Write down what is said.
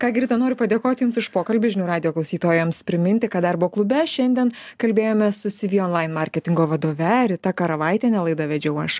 ką gi rita noriu padėkot jums už pokalbį žinių radijo klausytojams priminti kad darbo klube šiandien kalbėjomės su cv online marketingo vadove rita karavaitiene laidą vedžiau aš